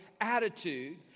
attitude